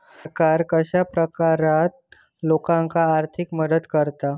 सरकार कश्या प्रकारान लोकांक आर्थिक मदत करता?